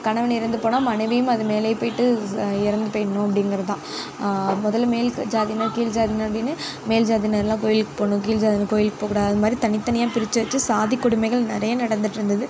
கணவன் இறந்து போனால் மனைவியும் அது மேலேயே போய்ட்டு இறந்து போய்டணும் அப்படிங்கிறது தான் முதல்ல மேல் ஜாதியினர் கீழ் ஜாதியினர் அப்படின்னு மேல் ஜாதியினர்லாம் கோயிலுக்கு போகணும் கீழ் ஜாதியினர் கோயிலுக்கு போககூடாது அதுமாதிரி தனி தனியாக பிரித்து வச்சு சாதி கொடுமைகள் நிறைய நடந்துட்டிருந்துது